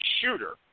shooter